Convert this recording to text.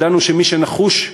ידענו שמי שנחוש,